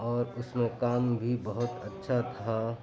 اور اُس میں کام بھی بہت اچھا تھا